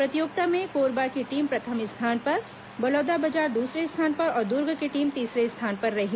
प्रतियोगिता में कोरबा की टीम प्रथम स्थान पर बलौदाबाजार दूसरे स्थान पर और दुर्ग की टीम तीसरे स्थान पर रही